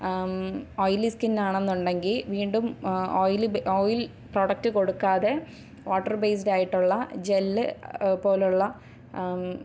oily skin ആണെന്നുണ്ടെങ്കിൽ വീണ്ടും oily oil product കൊടുക്കാതെ വാട്ടർ ബേസ്ഡ് ആയിട്ടുള്ള ജെല്ല് പോലുള്ള